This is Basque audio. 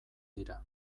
dira